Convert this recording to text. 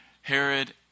Herod